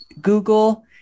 Google